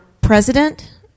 president